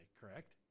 correct